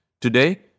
today